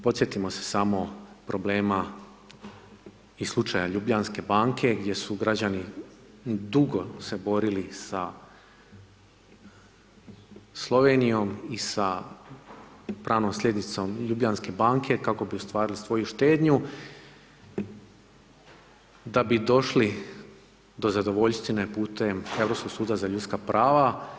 Podsjetimo se samo problema i slučaja Ljubljanske banke gdje su građani dugo se borili sa Slovenijom i sa pravnom slijednicom Ljubljanske banke kako bi ostvarili svoju štednju da bi došli do zadovoljštine putem Europskog suda za ljudska prava.